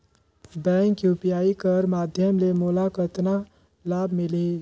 Bank UPI कर माध्यम ले मोला कतना लाभ मिली?